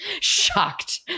shocked